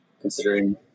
considering